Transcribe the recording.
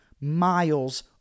miles